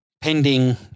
pending